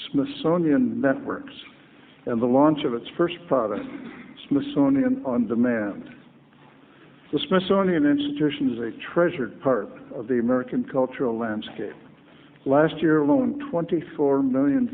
smithsonian networks and the launch of its first product smithsonian on demand the smithsonian institution is a treasured part of the american cultural landscape last year alone twenty four million